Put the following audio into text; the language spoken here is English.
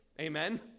Amen